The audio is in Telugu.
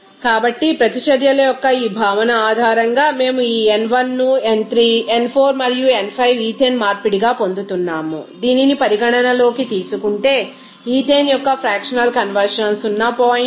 కాబట్టి ప్రతిచర్యల యొక్క ఈ భావన ఆధారంగా మేము ఈ n1 ను n3 n4 మరియు n5 ఈథేన్ మార్పిడిగా పొందుతున్నాము దీనిని పరిగణనలోకి తీసుకుంటే ఈథేన్ యొక్కఫ్రాక్షనల్ కన్వర్షన్ 0